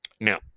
Now